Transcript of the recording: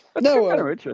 no